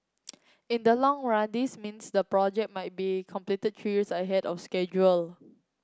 in the long run this means the project might be completed three years ahead of schedule